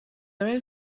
are